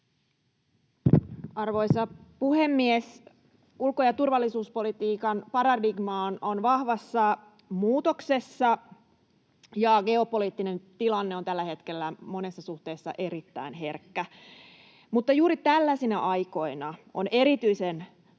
Arvoisa puhemies! Ulko- ja turvallisuuspolitiikan paradigma on vahvassa muutoksessa, ja geopoliittinen tilanne on tällä hetkellä monessa suhteessa erittäin herkkä. Mutta juuri tällaisina aikoina on erityisen tärkeää,